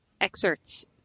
excerpts